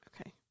Okay